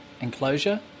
enclosure